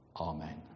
Amen